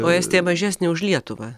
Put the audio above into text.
o estija mažesnė už lietuvą